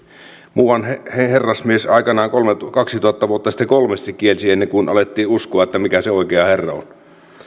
muuan herrasmies aikanaan kaksituhatta vuotta sitten kolmesti kielsi ennen kuin alettiin uskoa mikä se oikea herra on